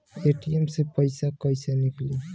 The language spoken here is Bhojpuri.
ए.टी.एम से पैसा कैसे नीकली?